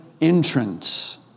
entrance